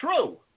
true